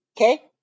Okay